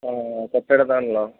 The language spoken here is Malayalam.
ആ തൊട്ടടുത്താണല്ലോ